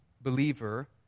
believer